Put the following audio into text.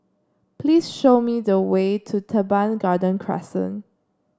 please show me the way to Teban Garden Crescent